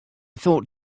thought